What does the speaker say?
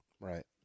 Right